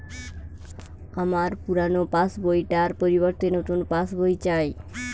আমার পুরানো পাশ বই টার পরিবর্তে নতুন পাশ বই চাই